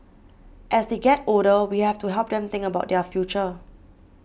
as they get older we have to help them think about their future